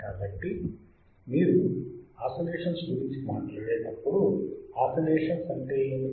కాబట్టి మీరు ఆసిలేషన్స్ గురించి మాట్లాడేటప్పుడు ఆసిలేషన్స్ అంటే ఏమిటి